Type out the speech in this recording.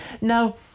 Now